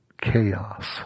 chaos